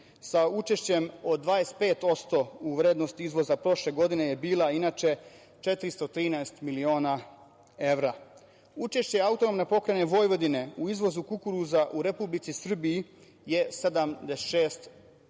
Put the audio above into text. sa učešćem od 25% u vrednosti izvoza. Prošle godine je bila inače 413 miliona evra. Učešće AP Vojvodine u izvozu kukuruza u Republici Srbiji je 76%.